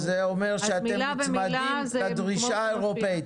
אז מילה במילה --- אז זה אומר שאתם נצמדים לדרישה האירופאית.